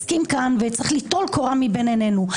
צריך ליטול קורה מבין עינינו,